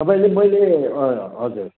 तपाईँले मैले हजुर